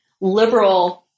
liberal –